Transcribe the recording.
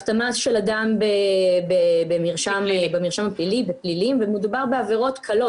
הכתמה של אדם בפלילים ומדובר בעבירות קלות,